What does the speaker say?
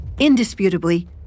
Indisputably